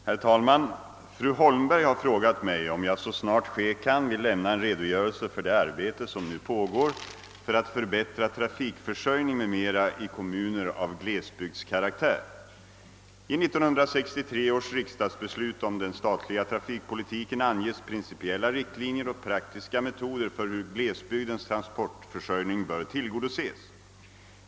Herr talman! Fru Holmberg har frågat mig om jag så snart ske kan vill lämna en redogörelse för det arbete som nu pågår för att förbättra trafikförsörjning m.m. i kommuner av glesbygdskaraktär. I 1963 års riksdagsbeslut om den statliga trafikpolitiken anges principiella riktlinjer och praktiska metoder för hur glesbygdens transportförsörjning bör tillgodoses.